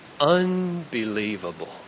Unbelievable